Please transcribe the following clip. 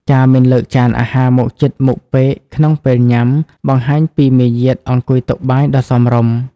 ការមិនលើកចានអាហារមកជិតមុខពេកក្នុងពេលញ៉ាំ បង្ហាញពីមារយាទអង្គុយតុបាយដ៏សមរម្យ។